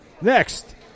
Next